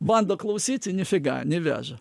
bando klausyti nifiga niveža